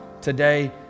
today